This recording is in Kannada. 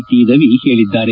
ಟಿ ರವಿ ಹೇಳಿದ್ದಾರೆ